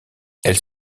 elles